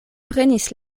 prenis